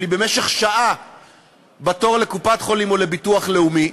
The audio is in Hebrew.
במשך שעה בתור בקופת-חולים או בביטוח לאומי.